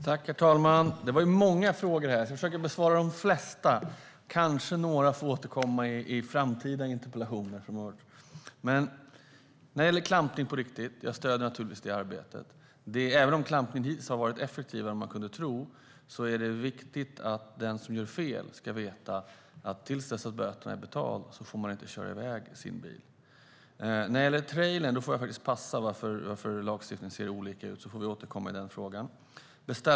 Herr talman! Detta var många frågor. Jag ska försöka besvara de flesta. Kanske några får återkomma i framtida interpellationer. När det gäller klampning stöder jag naturligtvis arbetet. Även om klampning hittills har varit effektivare än man kunde tro är det viktigt att den som har gjort fel ska veta att innan böterna är betalda får man inte köra iväg med sin bil. När det gäller detta med klampning av trailer får jag faktiskt passa. Vi får återkomma om varför lagstiftningen ser olika ut. Beställaransvar är en bra metod.